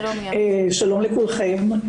שלום לכולכם,